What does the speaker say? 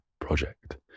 Project